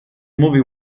movie